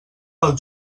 pel